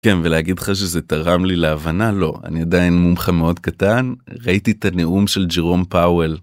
כן, ולהגיד לך שזה תרם לי להבנה? לא. אני עדיין מומחה מאוד קטן, ראיתי את הנאום של ג'ירום פאואל.